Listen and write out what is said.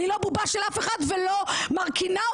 אני לא בובה של אף אחד ולא מרכינה או